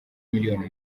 miliyoni